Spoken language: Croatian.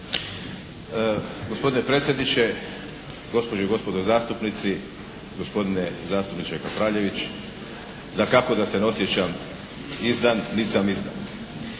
Gospodine predsjedniče, gospođe i gospodo zastupnici, gospodine zastupniče Kapraljević. Dakako da se ne osjećam izdan niti sam izdan.